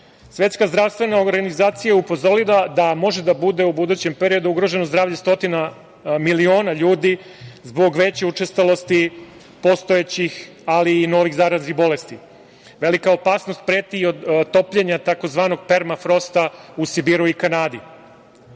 njima. Svetska zdravstvena organizacija je upozorila da može da bude u budućem periodu ugroženo zdravlje stotina miliona ljudi zbog veće učestalosti postojećih, ali i novih zaraznih bolesti. Velika opasnost preti i od topljenja tzv. permafrosta u Sibiru i Kanadi.